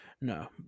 no